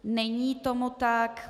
Není tomu tak.